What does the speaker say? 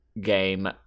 game